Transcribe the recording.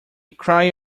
cry